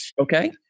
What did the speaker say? Okay